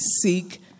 seek